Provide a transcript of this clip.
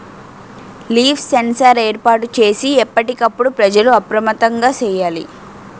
leaf sensor ఏర్పాటు చేసి ఎప్పటికప్పుడు ప్రజలు అప్రమత్తంగా సేయాలి